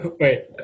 Wait